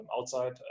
outside